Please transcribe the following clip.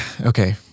Okay